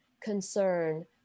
concern